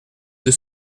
deux